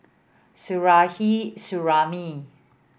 Suzairhe Sumari